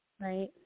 Right